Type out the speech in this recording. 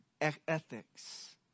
ethics